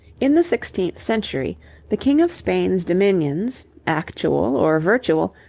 in the sixteenth century the king of spain's dominions, actual or virtual,